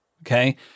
okay